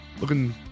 looking